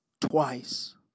Twice